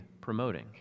promoting